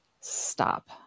stop